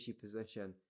position